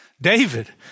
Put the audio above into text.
David